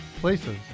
places